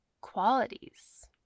qualities